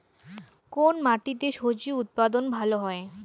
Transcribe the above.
কোন মাটিতে স্বজি উৎপাদন ভালো হয়?